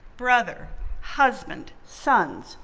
brother husband, sons,